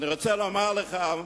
אני רוצה לומר לך,